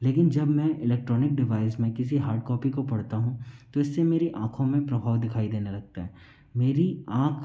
लेकिन जब मैं इलेक्ट्रॉनिक डिवाइस में किसी हार्ड कॉपी को पढ़ता हूँ तो इससे मेरी आँखों में प्रभाव दिखाई देने लगता है मेरी आँख